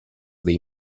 dei